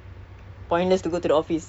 the comfort of the home